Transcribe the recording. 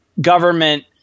government